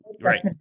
Right